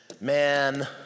Man